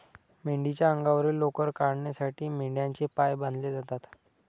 मेंढीच्या अंगावरील लोकर काढण्यासाठी मेंढ्यांचे पाय बांधले जातात